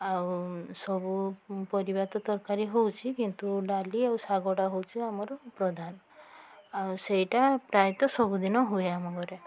ଆଉ ସବୁ ପରିବା ତ ତରକାରୀ ହେଉଛି କିନ୍ତୁ ଡାଲି ଆଉ ଶାଗଟା ହେଉଛି ଆମର ପ୍ରଧାନ ଆଉ ସେଇଟା ପ୍ରାୟତଃ ସବୁଦିନ ହୁଏ ଆମଘରେ